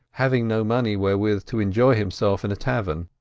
having no money wherewith to enjoy himself in a tavern.